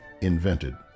invented